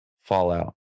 fallout